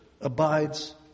abides